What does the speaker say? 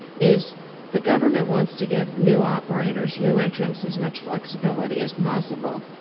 is the government wants to give new operators, new entrants as much flexibility as possible.